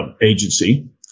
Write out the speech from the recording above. agency